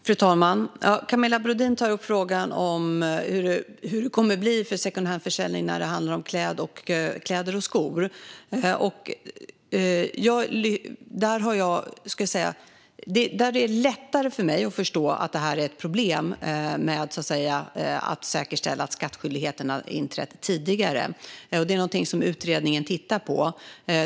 Fru talman! Camilla Brodin tar upp frågan om hur det kommer att bli för secondhandförsäljning när det handlar om kläder och skor. Där är det lättare för mig att förstå att det är ett problem att säkerställa att skattskyldigheten har inträtt tidigare. Det är någonting som utredningen tittar på.